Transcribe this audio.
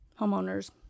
homeowners